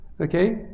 Okay